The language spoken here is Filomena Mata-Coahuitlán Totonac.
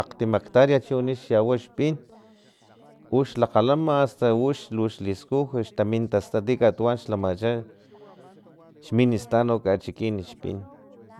Akgtim ektaria chiwani xyawa xpin uxlakgalama asta ux luxliskuj xtamin tasta ti katuwan xlamacha xmintsat no kachikin xpin